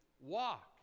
walk